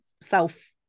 self